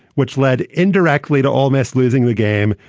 which led indirectly to ole miss losing the game,